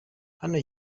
hano